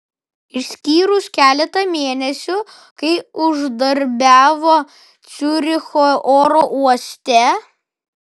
išskyrus keletą mėnesių kai uždarbiavo ciuricho oro uoste